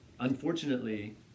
Unfortunately